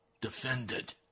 defended